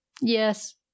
yes